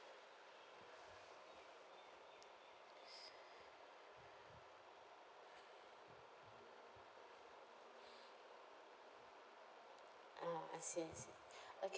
ah I see I see okay